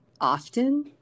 often